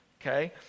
Okay